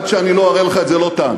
עד שאני לא אראה לך את זה, לא תאמין.